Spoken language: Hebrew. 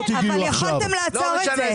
אבל יכולתם לעצור את זה.